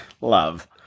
Love